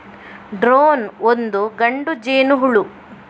drone ಒಂದು ಗಂಡು ಜೇನುಹುಳು